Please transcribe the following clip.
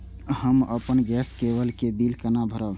हम अपन गैस केवल के बिल केना भरब?